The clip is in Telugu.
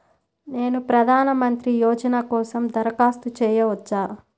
నేను ప్రధాన మంత్రి యోజన కోసం దరఖాస్తు చేయవచ్చా?